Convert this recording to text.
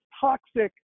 toxic